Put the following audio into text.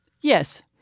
Yes